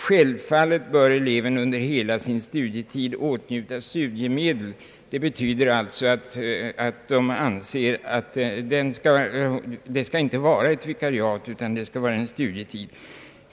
Självfallet bör eleven under hela sin studietid åtnjuta studiemedel.» Det betyder alltså att förbundet anser alt det inte bör vara fråga om ett vikariat utan om en studietid.